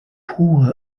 pure